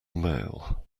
mail